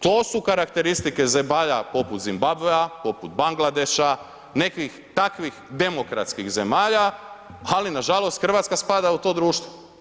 To su karakteristike zemalja poput Zimbabvea, poput Bangladeša, nekih takvih demokratskih zemalja ali nažalost Hrvatska spada u to društvo.